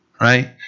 right